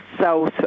south